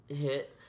hit